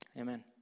Amen